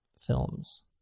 films